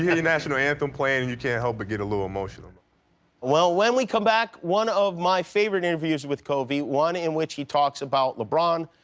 yeah the national anthem playing and you can't help but get a little emotional. jimmy well, when we come back, one of my favorite interviews with kobe, one in which he talks about lebron,